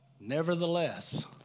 Nevertheless